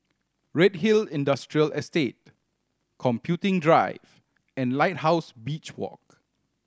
Redhill Industrial Estate Computing Drive and Lighthouse Beach Walk